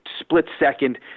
split-second